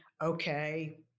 okay